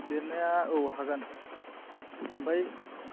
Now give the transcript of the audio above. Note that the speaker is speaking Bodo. लिरनाया औ हागोन ओमफ्राय